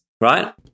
right